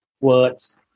words